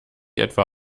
etwa